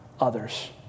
others